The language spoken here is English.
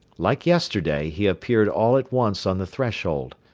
like yesterday he appeared all at once on the threshold.